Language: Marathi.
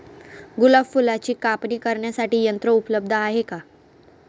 गुलाब फुलाची कापणी करण्यासाठी यंत्र उपलब्ध आहे का?